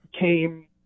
came